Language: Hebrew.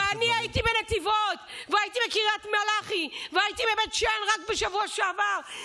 ואני הייתי בנתיבות והייתי בקריית מלאכי והייתי בבית שאן רק בשבוע שעבר.